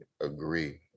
agree